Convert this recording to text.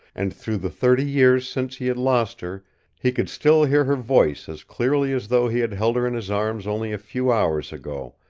and through the thirty years since he had lost her he could still hear her voice as clearly as though he had held her in his arms only a few hours ago,